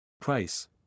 Price